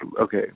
okay